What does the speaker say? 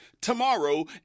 tomorrow